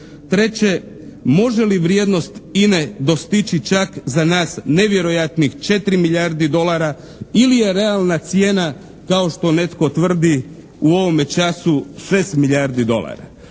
treće, može li vrijednost INA-e dostići čak za nas nevjerojatnih 4 milijardi dolara ili je realna cijena kao što netko tvrdi u ovome času 6 milijardi dolara.